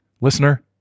Listener